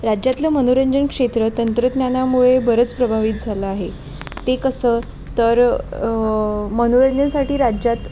राज्यातलं मनोरंजन क्षेत्र तंत्रज्ञानामुळे बरंच प्रभावित झालं आहे ते कसं तर मनोरंजनासाठी राज्यात